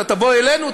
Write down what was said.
אתה תבוא אלינו,